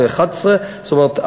2011. זאת אומרת,